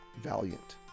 valiant